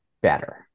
better